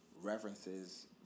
references